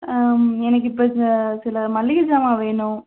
எனக்கு இப்போ சில மளிகை சாமான் வேணும்